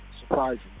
surprising